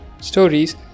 stories